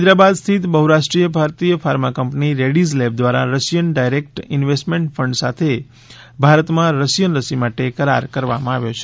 હૈદરાબાદ સ્થિત બહ્રાષ્ટ્રીય ભારતીય ફાર્મા કંપની રેડ્ડીઝ લેબ દ્વારા રશિયન ડાયરેક્ટ ઇન્વેસ્ટમેન્ટ ફંડ સાથે ભારતમાં રશિયન રસી માટે કરાર કરવામાં આવ્યો છે